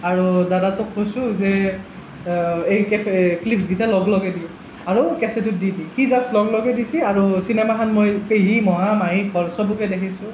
আৰু দাদাটোক কৈছো যে এই কেফে ক্লীপছকেইটা লগ লগাই দিব আৰু কেছেটত দি দি সি জাষ্ট লগ লগাই দিছে আৰু চিনেমাখন মই পেহী মহা মাহী ঘৰৰ চবকে দেখাইছোঁ